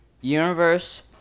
Universe